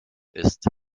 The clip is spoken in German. ist